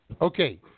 Okay